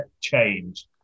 change